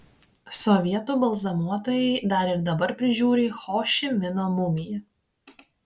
sovietų balzamuotojai dar ir dabar prižiūri ho ši mino mumiją